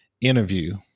interview